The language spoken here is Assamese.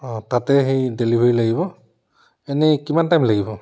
অঁ তাতে হেৰি ডেলিভাৰী লাগিব এনেই কিমান টাইম লাগিব